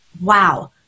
wow